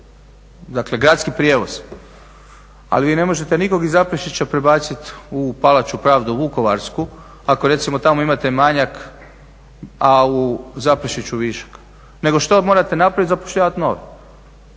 dakle gradski prijevoz, ali vi ne možete nikog iz Zaprešića prebacit u Palaču pravde u Vukovarsku ako recimo tako imate manjak a u Zaprešiću višak. Nego što morate napraviti? Zapošljavat nove.